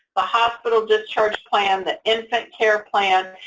ah hospital discharge plan, the infant care plan,